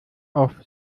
auf